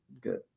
Good